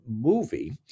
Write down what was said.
movie